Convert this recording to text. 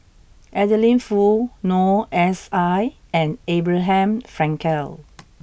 Adeline Foo Noor S I and Abraham Frankel